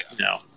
no